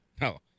No